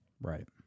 Right